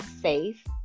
safe